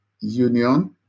Union